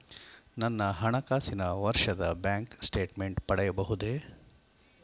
ನನ್ನ ಹಣಕಾಸಿನ ವರ್ಷದ ಬ್ಯಾಂಕ್ ಸ್ಟೇಟ್ಮೆಂಟ್ ಪಡೆಯಬಹುದೇ?